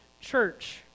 church